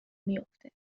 میافته